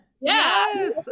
Yes